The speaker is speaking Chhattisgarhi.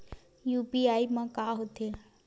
यू.पी.आई मा का होथे?